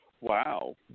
Wow